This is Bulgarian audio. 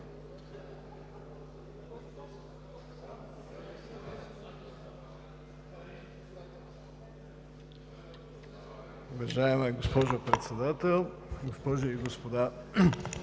Уважаема госпожо Председател, госпожи и господа